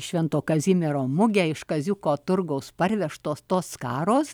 švento kazimiero mugę iš kaziuko turgaus parvežtos tos skaros